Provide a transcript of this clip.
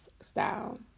style